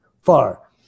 far